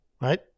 right